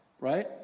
right